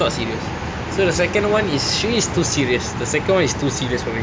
it's not serious so the second one is she is too serious the second one is too serious for me